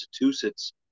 Massachusetts